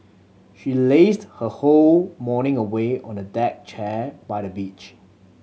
she lazed her whole morning away on a deck chair by the beach